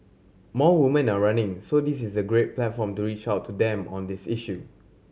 more women are running so this is a great platform to reach out to them on this issue